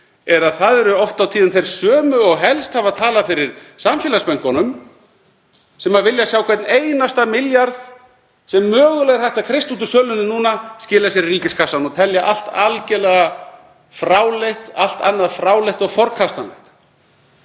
að það eru oft á tíðum þeir sömu og helst hafa talað fyrir samfélagsbönkunum sem vilja sjá hvern einasta milljarð sem mögulega er hægt að kreista út úr sölunni núna skila sér í ríkiskassann og telja allt annað algerlega fráleitt og forkastanlegt.